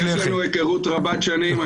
יש לנו היכרות רבת שנים,